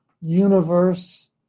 universe